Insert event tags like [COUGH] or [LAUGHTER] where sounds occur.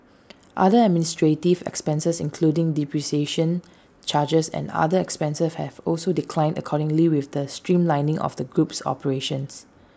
[NOISE] other administrative expenses including depreciation charges and other expenses have also declined accordingly with the streamlining of the group's operations